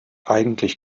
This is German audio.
eigentlich